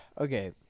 Okay